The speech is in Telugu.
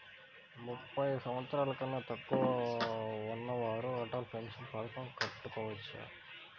ముప్పై సంవత్సరాలకన్నా తక్కువ ఉన్నవారు అటల్ పెన్షన్ పథకం కట్టుకోవచ్చా?